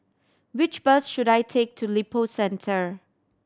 which bus should I take to Lippo Centre